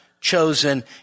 chosen